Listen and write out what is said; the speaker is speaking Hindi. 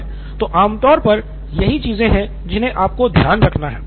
तो आमतौर पर यही चीजें हैं जिन्हें आपको ध्यान में रखना है